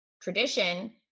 tradition